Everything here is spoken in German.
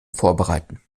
vorbereiten